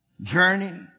journey